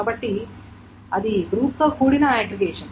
కాబట్టి అది గ్రూప్ తో కూడిన అగ్రిగేషన్